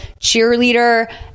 cheerleader